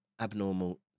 abnormal